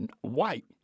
white